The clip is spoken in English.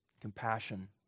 compassion